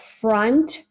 front